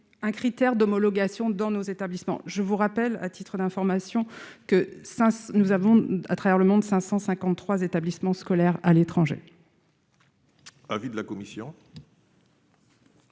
critère d'homologation dans nos établissements, je vous rappelle, à titre d'information, que ça nous avons à travers le monde 553 établissements scolaires à l'étranger. Avis de la commission.